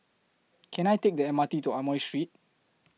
Can I Take The M R T to Amoy Street